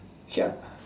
ya